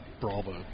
bravo